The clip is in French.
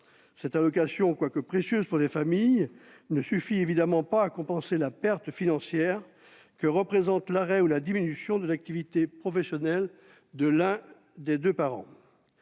Cette allocation, bien qu'elle soit précieuse pour les familles, ne suffit évidemment pas à compenser la perte financière que représente l'arrêt ou la diminution de l'activité professionnelle de l'un des parents.